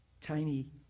tiny